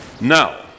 Now